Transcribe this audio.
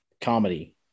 comedy